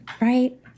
right